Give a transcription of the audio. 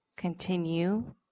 Continue